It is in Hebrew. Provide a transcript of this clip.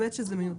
באמת שזה מיותר.